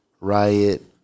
Riot